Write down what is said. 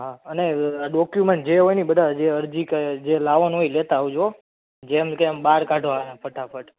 હા અને ડોક્યુમેન્ટ જે હોય ને એ બધા જે અરજી કે જે લાવવાનું હોય એ લેતા આવજો હોં જેમ કેમ બહાર કાઢવાના ફટાફટ